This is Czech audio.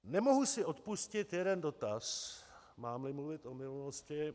Nemohu si odpustit jeden dotaz, mámli mluvit o minulosti.